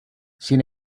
sin